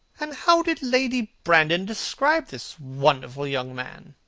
and how did lady brandon describe this wonderful young man?